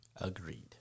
Agreed